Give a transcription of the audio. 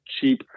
cheap